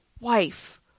Wife